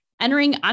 Entering